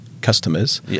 customers